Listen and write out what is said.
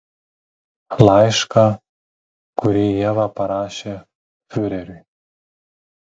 laišką kurį ieva parašė fiureriui